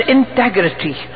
integrity